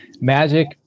magic